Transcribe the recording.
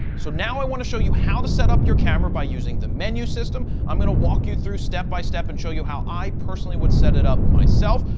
so now i want to show you how to set up your camera by using the menu system. i'm going to walk you through step by step and show you how i personally would set it up myself.